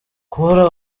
kubura